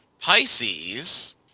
Pisces